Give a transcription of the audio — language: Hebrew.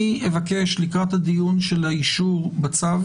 אני אבקש לקראת הדיון של האישור בצו,